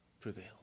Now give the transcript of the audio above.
prevail